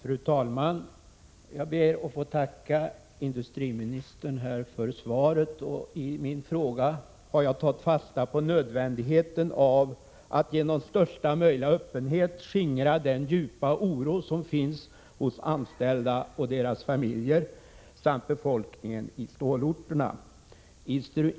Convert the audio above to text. Fru talman! Jag ber att få tacka industriministern för svaret. I min fråga har jag tagit fasta på nödvändigheten av att genom största möjliga öppenhet skingra den djupa oro som finns hos anställda och deras familjer samt befolkningen i stålorterna.